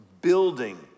building